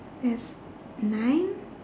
there's nine